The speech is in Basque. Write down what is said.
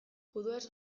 juduez